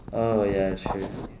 oh ya true